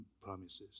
promises